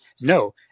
no